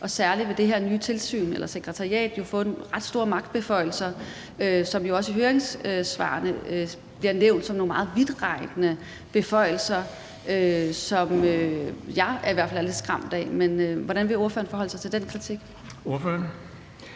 Og særlig vil det her nye sekretariat få nogle ret store magtbeføjelser, som jo også i høringssvarene bliver nævnt som nogle meget vidtrækkende beføjelser, som jeg i hvert fald er lidt skræmt af. Hvordan vil ordføreren forholde sig til den kritik?